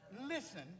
Listen